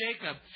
Jacob